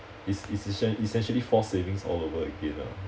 it's essen~ essentially forced savings all over again ah